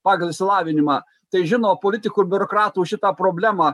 pagal išsilavinimą tai žino politikų ir biurokratų šitą problemą